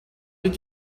did